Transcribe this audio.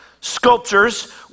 sculptures